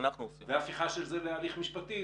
והפיכה של זה להליך משפטי,